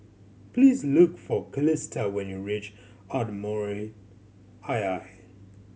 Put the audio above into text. please look for Calista when you reach Ardmore II